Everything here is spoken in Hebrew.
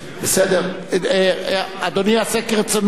אדוני יעשה כרצונו.